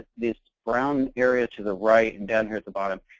this brown area to the right, and down here at the bottom,